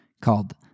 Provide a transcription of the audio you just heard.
called